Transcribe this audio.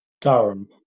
Durham